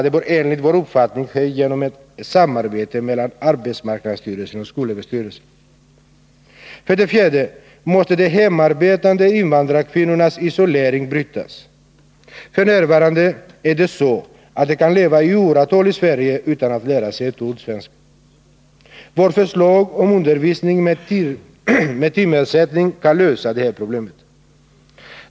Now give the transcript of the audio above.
Det bör enligt vår uppfattning ske genom ett samarbete mellan arbetsmarknadsstyrelsen och skolöverstyrelsen. För det fjärde måste de hemarbetande invandrarkvinnornas isolering brytas. F. n. är det så att de kan leva i åratal i Sverige utan att lära sig ett ord svenska. Vårt förslag om undervisning med timersättning kan lösa detta problem.